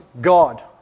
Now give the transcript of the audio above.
God